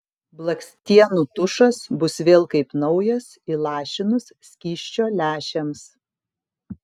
blakstienų tušas bus vėl kaip naujas įlašinus skysčio lęšiams